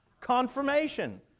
Confirmation